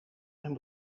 mijn